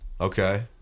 Okay